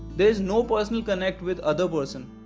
there is no personal connect with other person.